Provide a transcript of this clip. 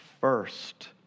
first